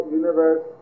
universe